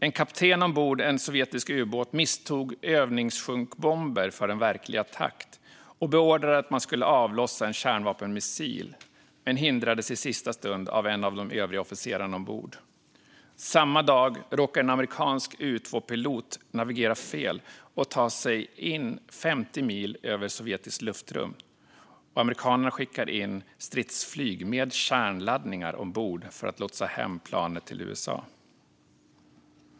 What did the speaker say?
En kapten ombord på en sovjetisk ubåt misstog övningssjunkbomber för en verklig attack och beordrade att man skulle avlossa en kärnvapenmissil men hindrades i sista stund av en av de övriga officerarna ombord. Samma dag råkar en amerikansk U2-pilot navigera fel och ta sig in 50 mil över sovjetiskt luftrum. Amerikanerna skickar in stridsflyg med kärnladdningar ombord för att lotsa hem planet till USA.